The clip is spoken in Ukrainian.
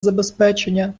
забезпечення